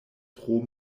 tro